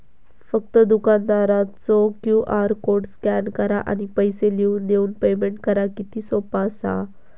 फक्त दुकानदारचो QR code scan करा आणि पैसे लिहून देऊन पेमेंट करा किती सोपा असा